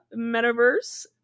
metaverse